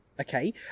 okay